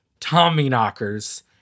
Tommyknockers